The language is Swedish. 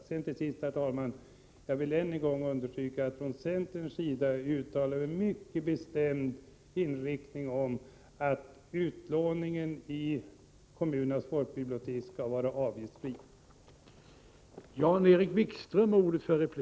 Till sist, herr talman, vill jag än en gång understryka att centern mycket bestämt framhåller att utlåningen i kommunernas folkbibliotek skall vara avgiftsfri.